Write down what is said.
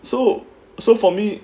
so so for me